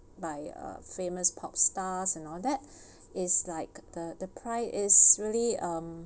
by a famous pop stars and all that is like the the price is really um